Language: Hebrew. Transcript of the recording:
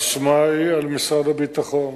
האשמה היא על משרד הביטחון.